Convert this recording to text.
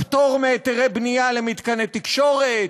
תראו את הפטור מהיתרי בנייה למתקני תקשורת,